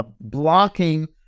blocking